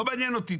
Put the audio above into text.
לא מעניין אותי,